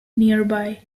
nearby